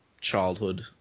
childhood